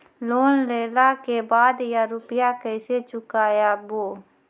Loan लेला के बाद या रुपिया केसे चुकायाबो?